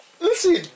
Listen